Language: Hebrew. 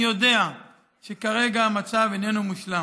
אני יודע שכרגע המצב איננו מושלם.